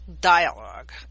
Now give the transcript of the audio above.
dialogue